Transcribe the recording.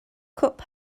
cup